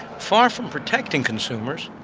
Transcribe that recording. far from protecting consumers,